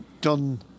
done